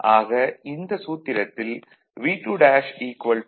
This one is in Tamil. ஆக இந்த சூத்திரத்தில் V2' 192